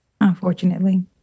unfortunately